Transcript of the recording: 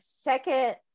second